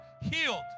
healed